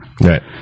Right